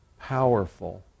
powerful